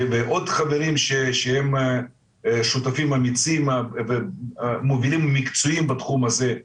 ועוד חברים שהם שותפים אמיצים ומובילים מקצועיים בתחום הזה.